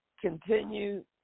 continue